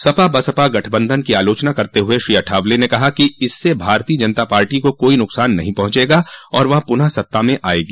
सपा बसपा गठबंधन की आलोचना करते हुये श्री अठावले ने कहा कि इससे भारतीय जनता पार्टी को कोई नुकसान नहीं पहुंचेगा और वह पुनः सत्ता में आयेगी